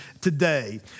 today